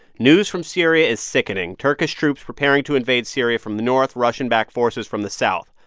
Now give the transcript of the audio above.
news from syria is sickening. turkish troops preparing to invade syria from the north, russian-backed forces from the south.